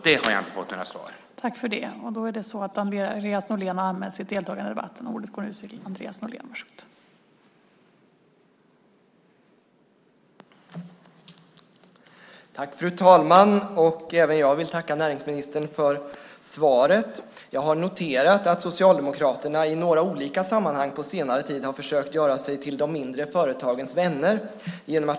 Det har jag inte fått svar på.